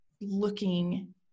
looking